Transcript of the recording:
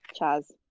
Chaz